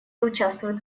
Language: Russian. участвует